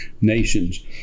nations